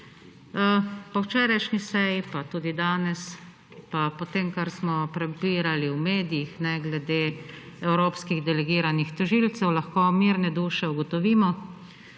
Po včerajšnji seji, pa tudi danes, pa potem, kar smo prebirali v medijih glede evropskih delegiranih tožilcev, lahko mirne duše ugotovimo,